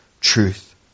truth